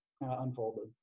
unfolded